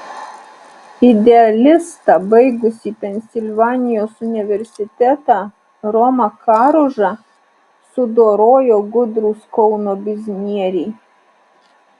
idealistą baigusį pensilvanijos universitetą romą karužą sudorojo gudrūs kauno biznieriai